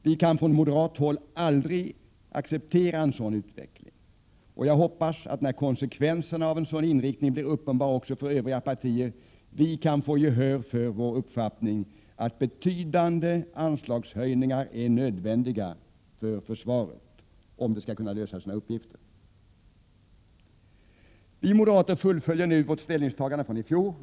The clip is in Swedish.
Vi kan från moderat håll aldrig acceptera en sådan utveckling, och jag hoppas att vi, när konsekvenserna av en sådan inriktning blir uppenbar också för övriga partier, kan få gehör för vår uppfattning att betydande anslagshöjningar är nödvändiga för försvaret, om det skall kunna lösa sina uppgifter. Vi moderater fullföljer nu vårt ställningstagande från i fjol.